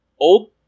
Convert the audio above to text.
old